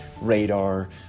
radar